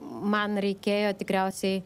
man reikėjo tikriausiai